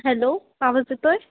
hello आवज येतो आहे